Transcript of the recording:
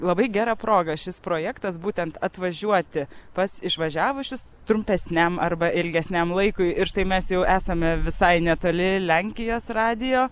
labai gera proga šis projektas būtent atvažiuoti pas išvažiavusius trumpesniam arba ilgesniam laikui ir štai mes jau esame visai netoli lenkijos radijo